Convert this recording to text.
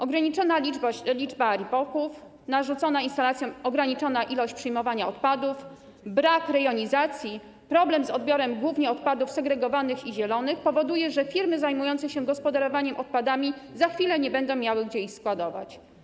Ograniczona liczba RIPOK-ów, narzucona instalacjom ograniczona ilość przyjmowanych odpadów, brak rejonizacji, problem z odbiorem głównie odpadów segregowanych i zielonych - to powoduje, że firmy zajmujące się gospodarowaniem odpadami za chwilę nie będą miały gdzie ich składować.